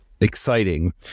exciting